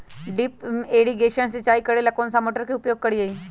Drip irrigation सिंचाई करेला कौन सा मोटर के उपयोग करियई?